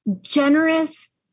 generous